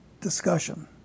discussion